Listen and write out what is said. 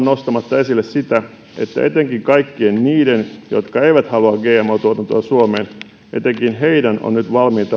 nostamatta esille sitä että etenkin kaikkien niiden jotka eivät halua gmo tuotantoa suomeen on nyt